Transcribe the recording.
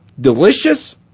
delicious